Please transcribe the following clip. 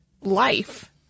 life